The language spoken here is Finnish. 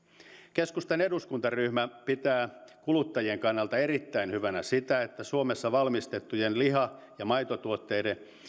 keskustan eduskuntaryhmä pitää kuluttajien kannalta erittäin hyvänä sitä että suomessa valmistettujen liha ja maitotuotteiden